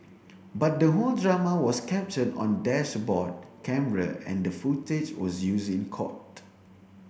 but the whole drama was captured on dashboard camera and the footage was used in court